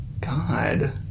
God